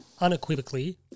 unequivocally